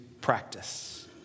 practice